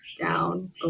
down